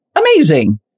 amazing